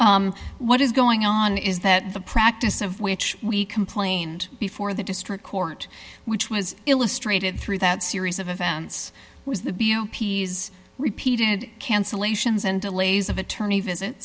what is going on is that the practice of which we complained before the district court which was illustrated through that series of events was the b o p s repeated cancellations and delays of attorney visit